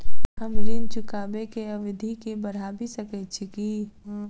हम ऋण चुकाबै केँ अवधि केँ बढ़ाबी सकैत छी की?